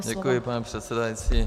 Děkuji, paní předsedající.